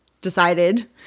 decided